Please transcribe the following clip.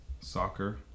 Soccer